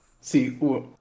See